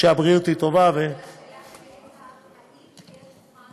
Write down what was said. אבל השאלה שלי הייתה: האם תהיה מוכן